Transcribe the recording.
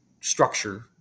structure